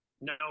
No